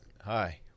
hi